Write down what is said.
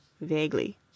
Vaguely